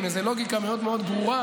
עם איזו לוגיקה מאוד מאוד ברורה.